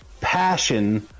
Passion